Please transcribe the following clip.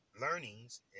learnings